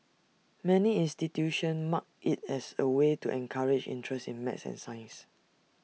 many institutions mark IT as A way to encourage interest in math and science